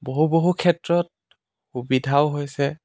বহু বহু ক্ষেত্ৰত সুবিধাও হৈছে